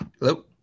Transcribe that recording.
Hello